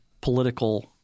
political